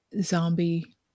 zombie